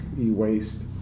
e-waste